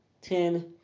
Ten